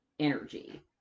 energy